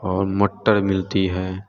और मटर मिलती है